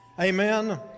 amen